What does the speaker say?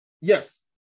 Yes